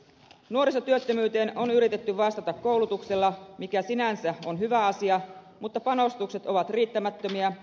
nuorisotyöttömyyteen on yritetty vastata koulutuksella mikä sinänsä on hyvä asia mutta panostukset ovat riittämättömiä